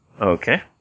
Okay